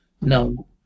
No